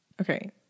Okay